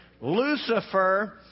Lucifer